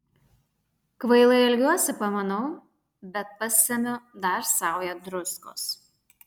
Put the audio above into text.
kvailai elgiuosi pamanau bet pasemiu dar saują druskos